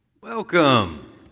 Welcome